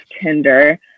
Tinder